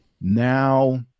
now